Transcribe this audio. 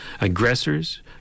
Aggressors